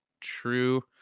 true